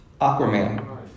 Aquaman